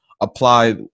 apply